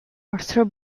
arthur